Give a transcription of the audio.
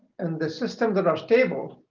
and the systems that are stable,